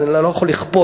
אני לא יכול לכפות,